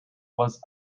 was